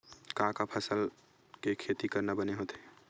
का का फसल के खेती करना बने होथे?